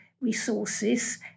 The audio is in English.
resources